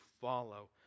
follow